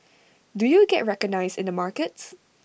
do you get recognised in the markets